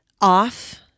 Off